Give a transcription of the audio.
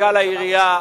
מנכ"ל העירייה,